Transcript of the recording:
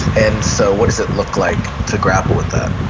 and so what does it look like to grapple with that?